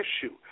issue